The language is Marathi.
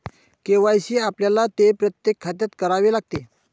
के.वाय.सी आपल्याला ते प्रत्येक खात्यात करावे लागते